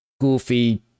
goofy